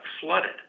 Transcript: flooded